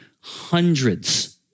hundreds